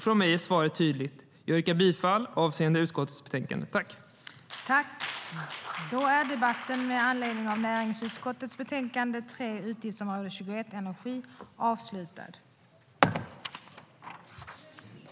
Från mig är svaret tydligt: Jag yrkar bifall på förslaget i utskottets betänkande. Överläggningen var härmed avslutad.